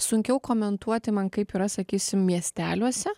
sunkiau komentuoti man kaip yra sakysim miesteliuose